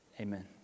Amen